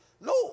No